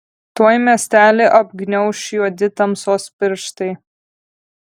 tuoj miestelį apgniauš juodi tamsos pirštai